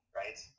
right